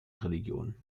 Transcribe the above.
religion